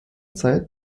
zeit